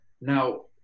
Now